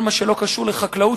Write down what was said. כל מה שלא קשור לחקלאות,